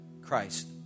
Christ